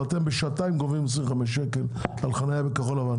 ואתם בשעתיים גובים 25 שקל על חניה בכחול לבן,